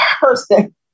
person